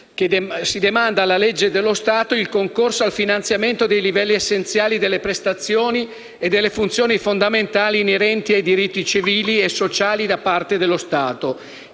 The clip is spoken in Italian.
si demanda alla legge dello Stato il concorso al finanziamento dei livelli essenziali delle prestazioni e delle funzioni fondamentali inerenti ai diritti civili e sociali da parte dello Stato,